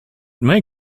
may